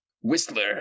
Whistler